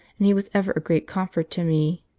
and he was ever a great comfort to me.